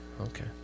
Okay